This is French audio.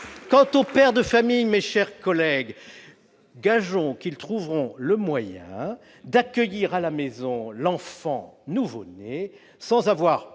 Quant aux pères de famille, gageons qu'ils trouveront le moyen d'accueillir à la maison l'enfant nouveau-né sans avoir,